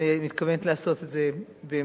ואני מתכוונת לעשות את זה בהמשך.